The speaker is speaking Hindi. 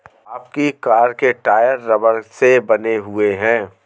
आपकी कार के टायर रबड़ से बने हुए हैं